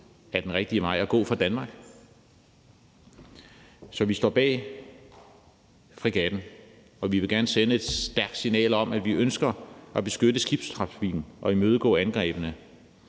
er den rigtige vej at gå for Danmark. Så vi står bag fregatten, og vi vil gerne sende et stærkt signal om, at vi ønsker at beskytte skibstrafikken og imødegå angrebene,